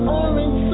orange